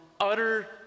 utter